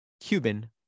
Cuban